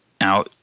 Now